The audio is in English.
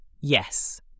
Yes